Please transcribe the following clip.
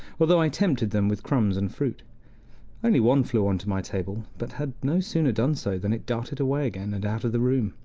although i tempted them with crumbs and fruit only one flew onto my table, but had no sooner done so than it darted away again, and out of the room,